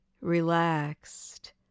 relaxed